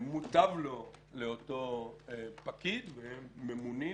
מוטב לו לאותו פקיד והם ממונים